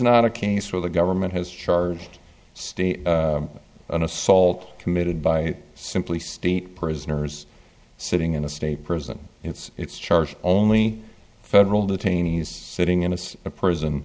not a case where the government has charged state an assault committed by simply state prisoners sitting in a state prison and it's charged only federal detainees sitting in a